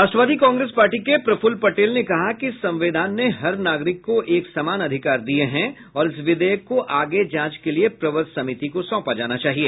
राष्ट्रवादी Congress party के प्रफुल्ल पटेल ने कहा कि संविधान ने हर नागरिक को एक समान अधिकार दिये हैं और इस विधेयक को आगे जांच के लिए प्रवर समिति को सौंपा जाना चाहिए